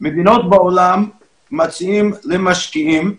מדינות בעולם מציעות למשקיעים,